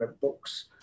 books